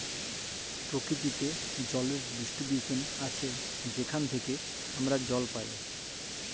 পরকিতিতে জলের ডিস্টিরিবশল আছে যেখাল থ্যাইকে আমরা জল পাই